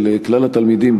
של כלל התלמידים,